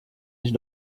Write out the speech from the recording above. ich